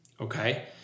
Okay